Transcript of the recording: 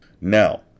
Now